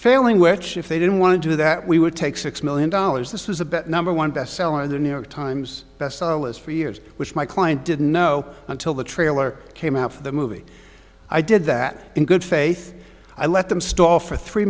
failing which if they didn't want to do that we would take six million dollars this was a bet number one best seller of the new york times best seller list for years which my client didn't know until the trailer came out for the movie i did that in good faith i let them stall for three